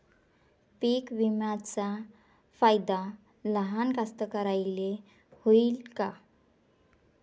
पीक विम्याचा फायदा लहान कास्तकाराइले होईन का?